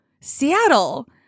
Seattle